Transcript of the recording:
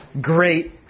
Great